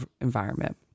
environment